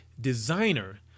designer